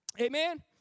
Amen